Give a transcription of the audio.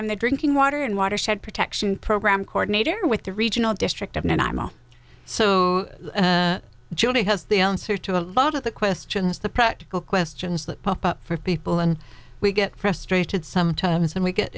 i'm the drinking water and watershed protection wramc ordinator with the regional district and i'm not so judy has the answer to a lot of the questions the practical questions that pop up for people and we get frustrated sometimes and we get